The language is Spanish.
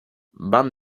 van